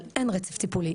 אבל אין רצף טיפולי.